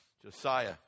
Josiah